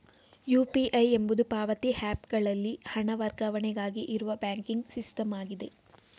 UPI ಎಂಬುದು ಪಾವತಿ app ಗಳಲ್ಲಿ ಹಣ ವರ್ಗಾವಣೆಗಾಗಿ ಇರುವ ಬ್ಯಾಂಕಿಂಗ್ ಸಿಸ್ಟಮ್ ಆಗಿದೆ